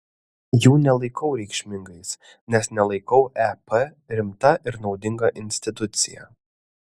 jų nelaikau reikšmingais nes nelaikau ep rimta ir naudinga institucija